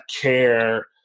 care